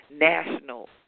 national